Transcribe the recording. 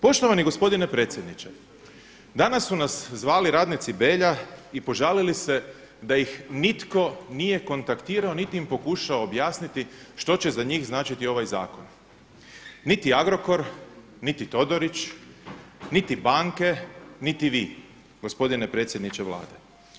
Poštovani gospodine predsjedniče, danas su nas zvali radnici Belja i požalili se da ih nitko nije kontaktirao niti im pokušao objasniti što će za njih značiti ovaj zakon, niti Agrokor, niti Todorić, niti banke, niti vi gospodine predsjedniče Vlade.